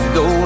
go